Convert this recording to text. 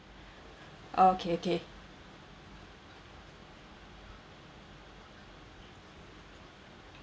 okay okay